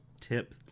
tip